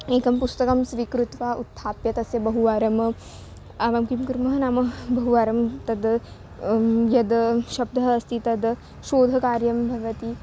एकं पुस्तकं स्वीकृत्य उत्थाप्य तस्य बहुवारं माम् आवां किं कुर्मः नाम बहुवारं तद् यद् शब्दः अस्ति तद् शोधकार्यं भवति